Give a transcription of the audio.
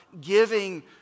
giving